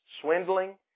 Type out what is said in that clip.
swindling